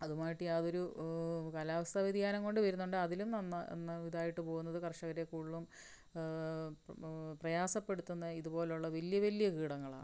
അതുമായിട്ട് യാതൊരു കാലാവസ്ഥാ വ്യതിയാനം കൊണ്ടു വരുന്നുണ്ട് അതിലും ഇതായിട്ടു പോകുന്നതു കർഷകരെ കൂടുതലും പ്രയാസപ്പെടുത്തുന്നത് ഇതുപോലുള്ള വലിയ വലിയ കീടങ്ങളാണ്